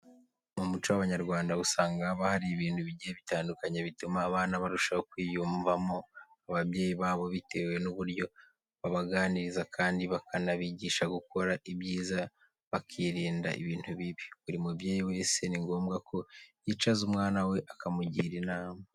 Mu muco w'Abanyarwanda usanga haba hari ibintu bigiye bitandukanye bituma abana barushaho kwiyumvamo ababyeyi babo bitewe n'uburyo babaganiriza kandi bakanabigisha gukora ibyiza bakirinda ibintu bibi. Buri mubyeyi wese ni ngombwa ko yicaza umwana we akamugira inama.